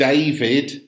David